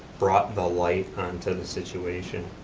brought the light onto the situation.